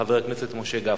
חבר הכנסת משה גפני.